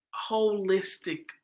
holistic